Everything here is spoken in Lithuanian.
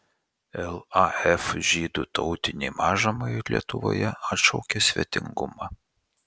laf žydų tautinei mažumai lietuvoje atšaukia svetingumą